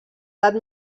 edat